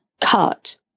cut